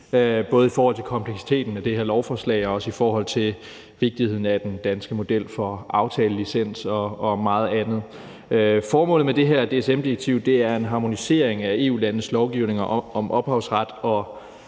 både i forhold til kompleksiteten af det her lovforslag og også i forhold til vigtigheden af den danske model for aftalelicens og meget andet. Formålet med det her DSM-direktiv er en harmonisering af EU-landenes lovgivninger om ophavsret og